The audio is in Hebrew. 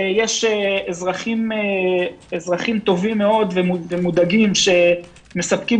יש אזרחים טובים ומודאגים שמספקים